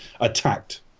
attacked